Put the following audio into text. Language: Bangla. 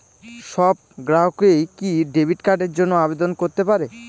সব গ্রাহকই কি ডেবিট কার্ডের জন্য আবেদন করতে পারে?